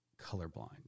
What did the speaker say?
colorblind